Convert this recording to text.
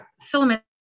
filament